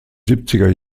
siebziger